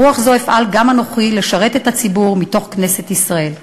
ברוח זו אפעל גם אני לשרת את הציבור מתוך כנסת ישראל.